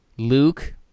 Luke